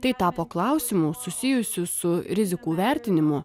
tai tapo klausimu susijusiu su rizikų vertinimu